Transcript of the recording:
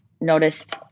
noticed